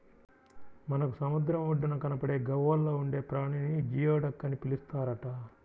మనకు సముద్రం ఒడ్డున కనబడే గవ్వల్లో ఉండే ప్రాణిని జియోడక్ అని పిలుస్తారట